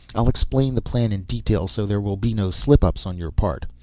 i'll explain the plan in detail so there will be no slip-ups on your part.